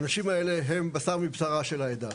האנשים האלה הם בשר מבשרה של העדה,